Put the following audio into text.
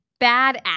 badass